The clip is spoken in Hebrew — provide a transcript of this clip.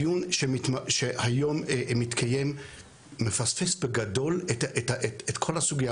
הדיון שהיום מתקיים מפספס בגדול את כל הסוגייה